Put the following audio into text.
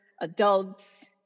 adults